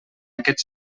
aquest